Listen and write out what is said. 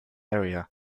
area